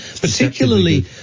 particularly